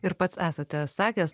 ir pats esate sakęs